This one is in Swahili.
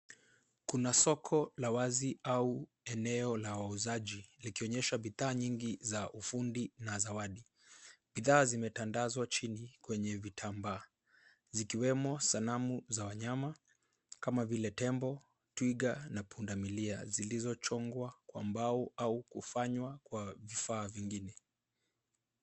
Kuna soko la wazi au eneo la wauzaji likionyesha bidhaa nyingi za ufundi na zawadi. Bidhaa zimetandazwa chini kwenye vitanda zikiwemo sanamu za wanyama kama vile tembo, twiga na pundamilia zilizochongwa kwa mbao au kufanywa kwa vifaa vingine.